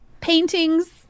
Paintings